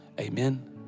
Amen